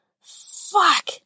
Fuck